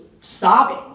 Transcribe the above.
sobbing